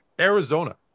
Arizona